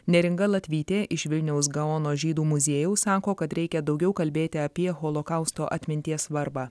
neringa latvytė iš vilniaus gaono žydų muziejaus sako kad reikia daugiau kalbėti apie holokausto atminties svarbą